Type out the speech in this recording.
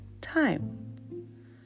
time